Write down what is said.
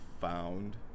found